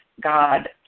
God